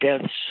deaths